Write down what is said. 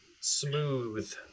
smooth